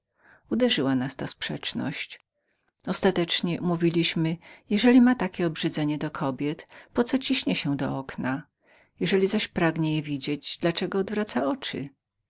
uderzyło nas to sprzeciwieństwo gdyż ostatecznie mówiliśmy jeżeli ma takie obrzydzenie do kobiet po co ciśnie się do okna jeżeli zaś pragnie je widzieć dla czego odwraca oczy